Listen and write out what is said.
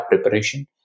preparation